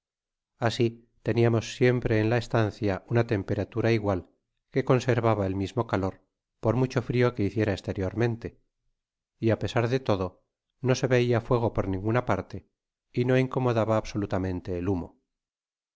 asi teniamos siempre en la estancia una temperatura igual que conservaba el mismo calor por mucho frio que hiciera esteriormente y á pesar de todo no se veia fuego por ninguna parte y no incomodaba absolutamente el humo